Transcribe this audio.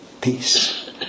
peace